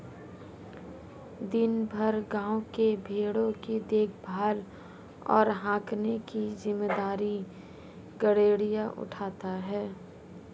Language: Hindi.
दिन भर गाँव के भेंड़ों की देखभाल और हाँकने की जिम्मेदारी गरेड़िया उठाता है